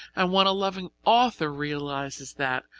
and when a loving author realizes that,